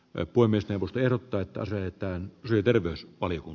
lepoimmistä huster toi taas löytää syy terveyspaljuun